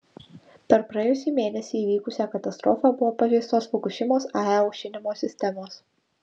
per praėjusį mėnesį įvykusią katastrofą buvo pažeistos fukušimos ae aušinimo sistemos